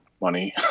money